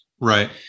Right